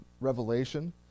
revelation